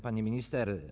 Pani Minister!